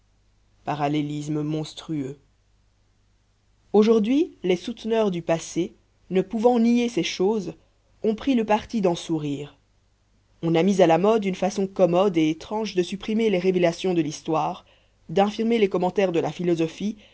parallélisme monstrueux aujourd'hui les souteneurs du passé ne pouvant nier ces choses ont pris le parti d'en sourire on a mis à la mode une façon commode et étrange de supprimer les révélations de l'histoire d'infirmer les commentaires de la philosophie